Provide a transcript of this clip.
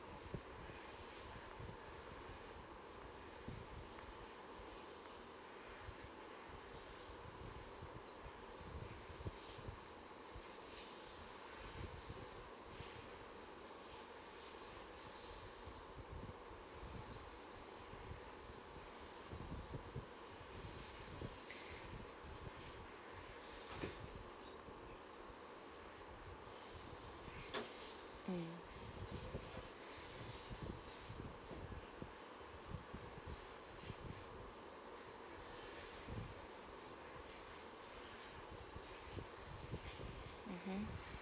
mm mmhmm